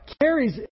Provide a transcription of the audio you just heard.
carries